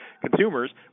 consumers